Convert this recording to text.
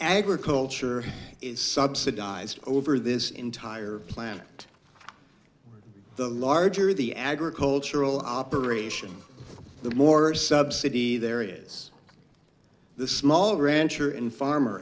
agriculture is subsidized over this entire plant the larger the agricultural operation the more subsidy there is the small rancher and farmer